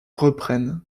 reprennent